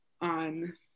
on